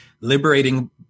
liberating